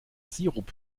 sirup